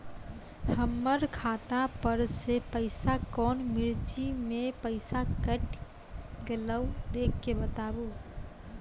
हमर खाता पर से पैसा कौन मिर्ची मे पैसा कैट गेलौ देख के बताबू?